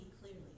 clearly